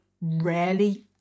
rarely